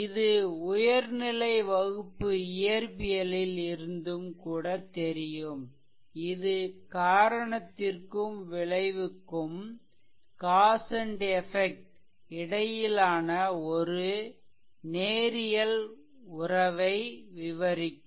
இது உயர்நிலை வகுப்பு இயற்பியலில் இருந்தும் கூட தெரியும் இது காரணத்திற்கும் விளைவுக்கும் இடையிலான ஒரு நேரியல் உறவை விவரிக்கும்